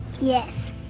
yes